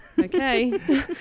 okay